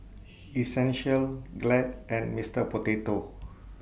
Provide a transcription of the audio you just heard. Essential Glad and Mister Potato